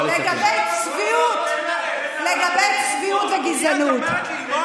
לגבי צביעות וגזענות, לי את אומרת ללמוד?